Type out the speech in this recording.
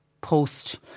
post